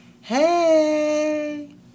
hey